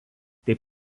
taip